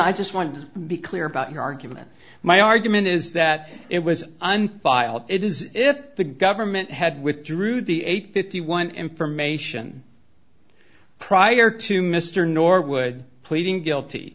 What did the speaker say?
i just want to be clear about your argument my argument is that it was unfair it is if the government had withdrew the eight fifty one information prior to mr norwood pleading guilty